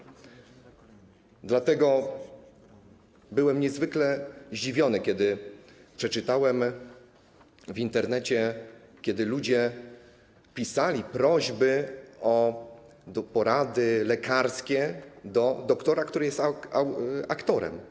Dlatego byłem niezwykle zdziwiony, kiedy przeczytałem w Internecie, że ludzie pisali prośby o porady lekarskie do doktora House’a, który jest aktorem.